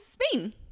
spain